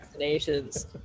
vaccinations